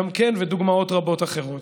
ודוגמאות רבות אחרות.